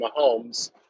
Mahomes